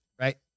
right